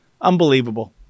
Unbelievable